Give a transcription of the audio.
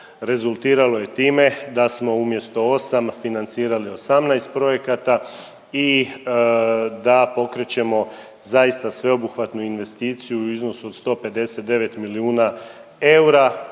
rezultiralo je time da smo umjesto 8 financirali 18 projekata i da pokrećemo zaista sveobuhvatnu investiciju u iznosu od 159 milijuna eura,